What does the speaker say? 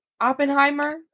Oppenheimer